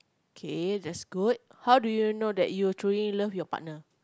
okay that's good how do you know that you truly love your partner